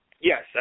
Yes